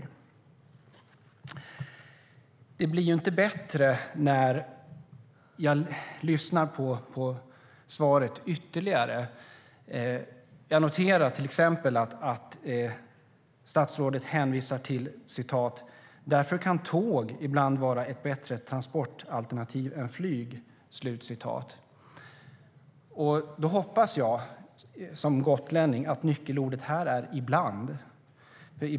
Då hoppas jag som gotlänning att nyckelordet här är "ibland".